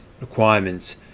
requirements